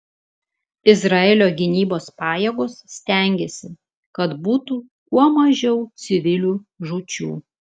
izraelio gynybos pajėgos stengiasi kad būtų kuo mažiau civilių žūčių